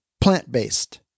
plant-based